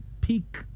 peak